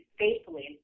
faithfully